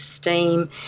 steam